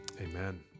amen